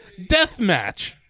Deathmatch